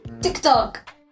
TikTok